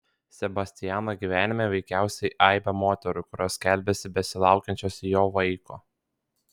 sebastiano gyvenime veikiausiai aibė moterų kurios skelbiasi besilaukiančios jo vaiko